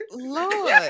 Lord